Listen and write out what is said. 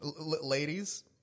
ladies